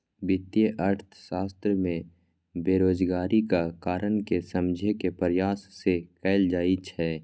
वित्तीय अर्थशास्त्र मे बेरोजगारीक कारण कें समझे के प्रयास सेहो कैल जाइ छै